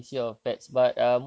eh